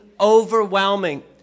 overwhelming